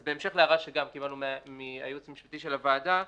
אז בהמשך להערה שקיבלנו מהייעוץ המשפטי של הוועדה,